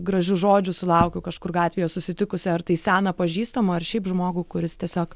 gražių žodžių sulaukiau kažkur gatvėje susitikusi ar tai seną pažįstamą ar šiaip žmogų kuris tiesiog